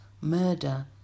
murder